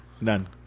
None